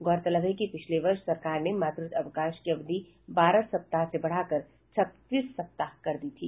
गौरतलब है कि पिछले वर्ष सरकार ने मातृत्व अवकाश की अवधि बारह सप्ताह से बढ़ाकर छब्बीस सप्ताह कर दी थी